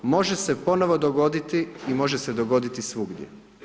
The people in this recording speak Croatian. Može se ponovno dogoditi i može se dogoditi svugdje.